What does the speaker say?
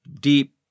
deep